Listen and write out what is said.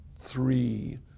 three